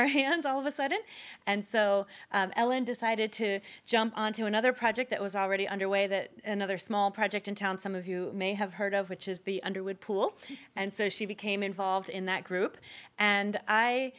our hands all of a sudden and so ellen decided to jump onto another project that was already underway that another small project in town some of you may have heard of which is the underwood pool and so she became involved in that group and i